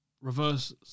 reverse